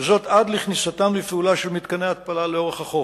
וזאת עד לכניסתם לפעולה של מתקני התפלה לאורך החוף,